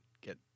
get